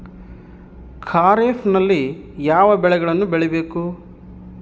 ಖಾರೇಫ್ ನಲ್ಲಿ ಯಾವ ಬೆಳೆಗಳನ್ನು ಬೆಳಿಬೇಕು?